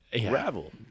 gravel